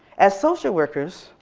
as social workers,